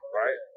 right